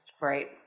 right